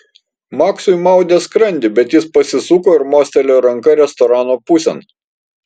maksui maudė skrandį bet jis pasisuko ir mostelėjo ranka restorano pusėn